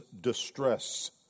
distress